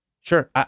Sure